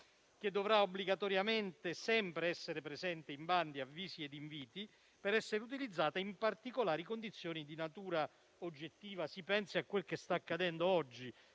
che dovrà obbligatoriamente essere sempre presente in bandi, avvisi e inviti, per essere utilizzato in particolari condizioni di natura oggettiva. Si pensi a quel che sta accadendo oggi